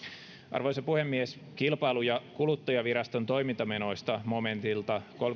arvoisa puhemies kilpailu ja kuluttajaviraston toimintamenoista momentilta